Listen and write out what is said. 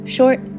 Short